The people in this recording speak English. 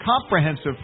comprehensive